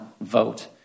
vote